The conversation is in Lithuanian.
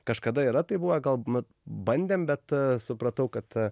kažkada yra taip buvę gal na bandėm bet supratau kad